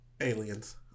Aliens